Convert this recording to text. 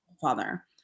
father